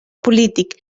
polític